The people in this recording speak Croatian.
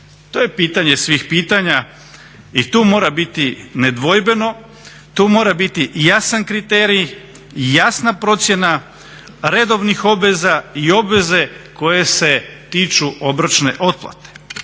To je pitanje svih pitanja i tu mora biti nedvojbeno, tu mora biti jasan kriterij i jasna procjena redovnih obveza i obveze koje se tiču obročne otplate.